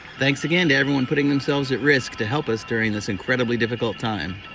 thanks again to everyone putting themselves at risk to help us during this incredibly difficult time.